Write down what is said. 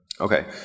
Okay